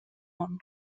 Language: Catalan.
món